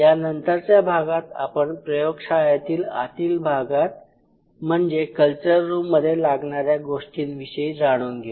यानंतरच्या भागात आपण प्रयोगशाळेतील आतील भागात म्हणजे कल्चर रूममध्ये लागणाऱ्या गोष्टींविषयी जाणून घेऊ